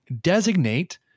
designate